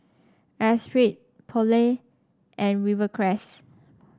Esprit Poulet and Rivercrest